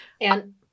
And-